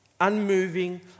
unmoving